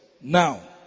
now